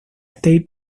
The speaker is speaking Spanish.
state